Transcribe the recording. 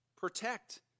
Protect